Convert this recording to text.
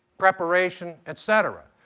preparation, et cetera.